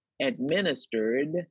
administered